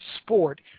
sport